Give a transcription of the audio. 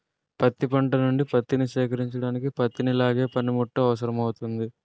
పత్తి పంట నుండి పత్తిని సేకరించడానికి పత్తిని లాగే పనిముట్టు అవసరమౌతుంది